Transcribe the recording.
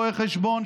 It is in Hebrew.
רואי חשבון,